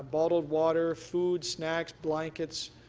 ah bottled water, food, snacks, blankets,